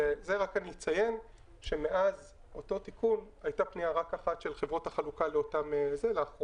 אני אציין שמאז אותו תיקון הייתה רק פנייה אחת של חברות החלוקה לאחרונה,